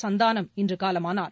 Santhanam இன்றுகாலமானார்